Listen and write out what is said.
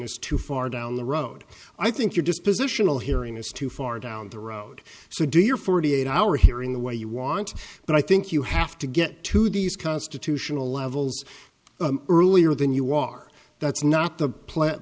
is too far down the road i think your dispositional hearing is too far down the road so do your forty eight hour hearing the way you want but i think you have to get to these constitutional levels earlier than you are that's not the pla